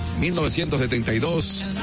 1972